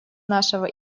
нашего